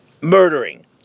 murdering